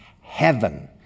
heaven